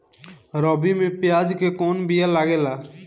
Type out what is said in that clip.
रबी में प्याज के कौन बीया लागेला?